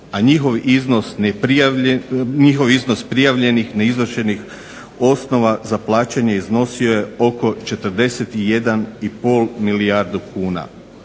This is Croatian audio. a njihov iznos prijavljenih neizvršenih osnova za plaćanje iznosio je oko 41 i pol milijardu kuna.